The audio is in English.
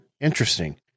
Interesting